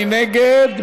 מי נגד?